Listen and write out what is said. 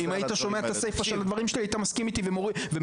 אם היית שומע את הסיפה של הדברים שלי היית מסכים איתי ומחדד